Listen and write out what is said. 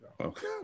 Okay